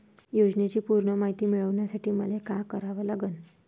योजनेची पूर्ण मायती मिळवासाठी मले का करावं लागन?